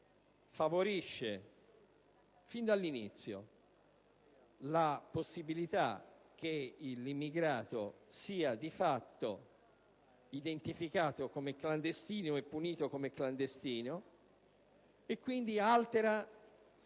favorisce, fin dall'inizio, la possibilità che l'immigrato sia di fatto identificato come clandestino e punito come tale e, quindi, altera